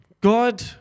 God